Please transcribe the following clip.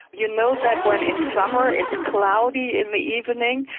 you know that when in summer it's cloudy in the evening,